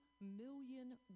million